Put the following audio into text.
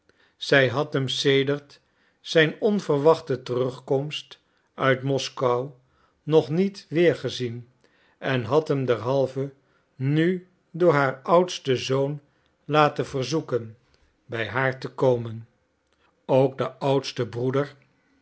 zij had hem sedert zijn onverwachte terugkomst uit moskou nog niet weergezien en had hem derhalve nu door haar oudsten zoon laten verzoeken bij haar te komen ook de oudste broeder